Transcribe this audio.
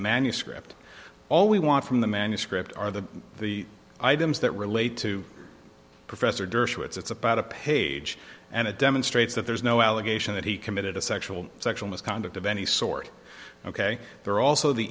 manuscript all we want from the manuscript are the the items that relate to professor dershowitz it's about a page and it demonstrates that there's no allegation that he committed a sexual sexual misconduct of any sort ok there are also the